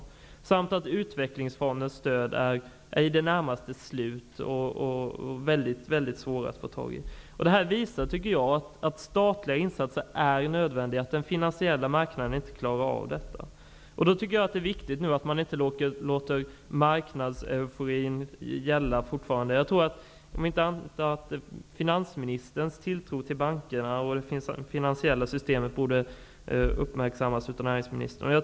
Dessutom är utvecklingsfondernas medel i det närmaste slut och mycket svårt att få. Detta visar att statliga insatser är en nödvändighet när den finansiella marknaden inte klarar av situationen. Det är viktigt att man nu inte låter marknadseuforin gälla. Om inte annat borde finansministerns tilltro till bankerna och det finansiella systemet uppmärksammas av näringsministern.